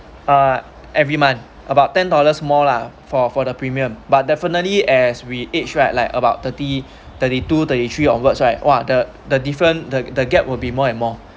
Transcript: ah every month about ten dollars more lah for for the premium but definitely as we age right like about thirty thirty two thirty three onwards right !wah! the the different the the gap will be more and more